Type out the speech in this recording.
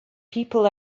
people